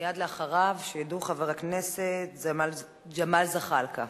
מייד אחריו שידעו, חבר הכנסת ג'מאל זחאלקה.